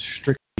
strictly